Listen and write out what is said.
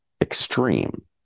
extreme